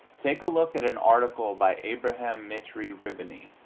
take a look at an article by abraham mitrie rihbany,